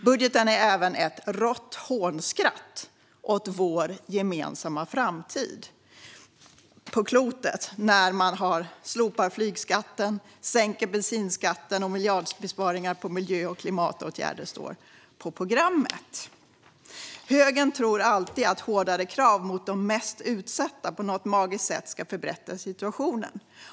Budgeten är även ett rått hånskratt åt vår gemensamma framtid på det här klotet: Slopad flygskatt, sänkt bensinskatt och miljardbesparingar på miljö och klimatåtgärder står på programmet. Högern tror alltid att hårdare krav på de mest utsatta på något magiskt sätt ska förbättra situationen.